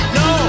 no